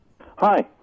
Hi